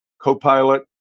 Copilot